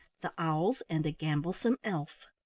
the owls and the gamblesome elf.